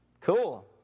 Cool